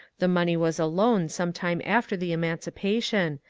the money was a loan some time after the emancipation,